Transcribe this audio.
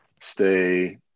stay